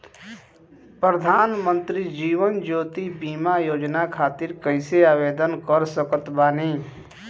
प्रधानमंत्री जीवन ज्योति बीमा योजना खातिर कैसे आवेदन कर सकत बानी?